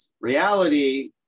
Reality